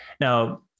Now